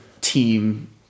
team